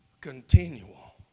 continual